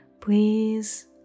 Please